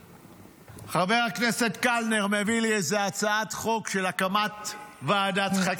חבר הכנסת קלנר מביא לי איזו הצעת חוק של הקמת ועדת חקירה.